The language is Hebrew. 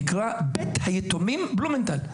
נקרא בית היתומים בלומנטל,